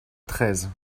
treize